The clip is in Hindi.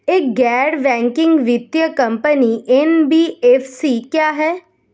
एक गैर बैंकिंग वित्तीय कंपनी एन.बी.एफ.सी क्या है?